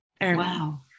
Wow